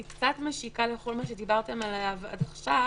כי היא קצת משיקה לכל מה שדיברתם עליו עד עכשיו